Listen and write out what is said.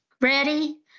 ready